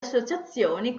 associazioni